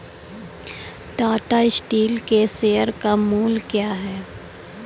Tata steel के share का मूल्य क्या है?